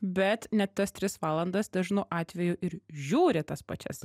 bet net tas tris valandas dažnu atveju ir žiūri tas pačias